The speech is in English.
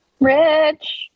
Rich